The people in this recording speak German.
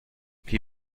wie